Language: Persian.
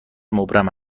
مبرم